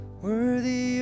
Worthy